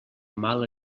mal